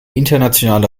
internationale